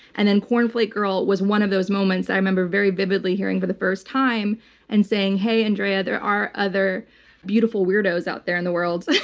and then cornflake girl was one of those moments i remember very vividly hearing for the first time and saying, hey, andrea, there are other beautiful weirdos out there in the world,